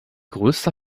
größter